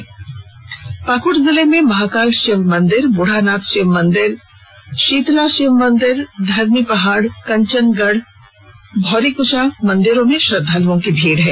वहीं पाकुड़ जिले में महाकाल शिव मंदिर बूढ़ानाथ शिव मंदिर शिव शीतला मंदिर धरनी पहाड कंचन गढ़ भौरी कुंचा आदि मंदिरों में श्रद्वालुओं की भीड़ रही